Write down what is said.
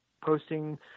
posting –